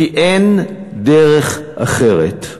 כי אין דרך אחרת.